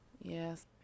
Yes